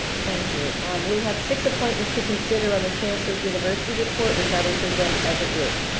thank you we have six appointments to consider on the chancellor's university report which i will present as a group.